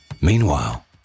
Meanwhile